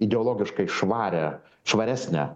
ideologiškai švarią švaresnę